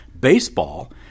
baseball